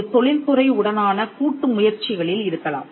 இது தொழில்துறை உடனான கூட்டு முயற்சிகளில் இருக்கலாம்